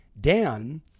Dan